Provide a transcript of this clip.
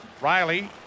Riley